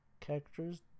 characters